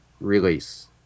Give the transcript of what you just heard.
release